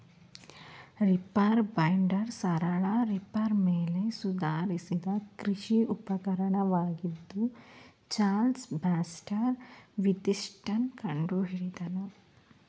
reaper binder ಸರಳ reaper ಮೇಲೆ ಸುಧಾರಿಸಿದ ಕೃಷಿ ಉಪಕರಣವಾಗಿದ್ದು ಚಾರ್ಲ್ಸ್ ಬ್ಯಾಕ್ಸ್ಟರ್ ವಿಥಿಂಗ್ಟನ್ ಕಂಡುಹಿಡಿದನು